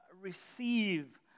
receive